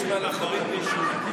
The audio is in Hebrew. יש מהלך חריג באישור,